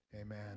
Amen